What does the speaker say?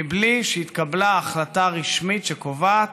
מבלי שהתקבלה החלטה רשמית שקובעת